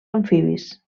amfibis